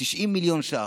90 מיליון שקלים.